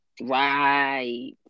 Right